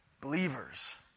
believers